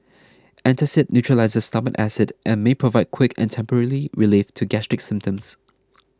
antacid neutralises stomach acid and may provide quick and temporary relief to gastric symptoms